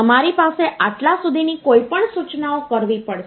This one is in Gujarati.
તમારી પાસે આટલા સુધીની કોઈપણ સૂચનાઓ કરવી પડશે